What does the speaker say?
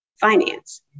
finance